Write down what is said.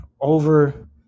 over